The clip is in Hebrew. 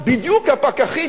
הפקחים,